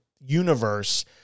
universe